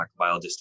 microbiologist